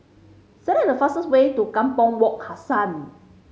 select the fastest way to Kampong Wak Hassan